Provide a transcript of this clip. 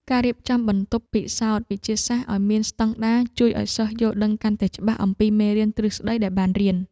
ការរៀបចំបន្ទប់ពិសោធន៍វិទ្យាសាស្ត្រឱ្យមានស្តង់ដារជួយឱ្យសិស្សយល់ដឹងកាន់តែច្បាស់អំពីមេរៀនទ្រឹស្តីដែលបានរៀន។